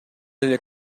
эле